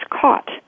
caught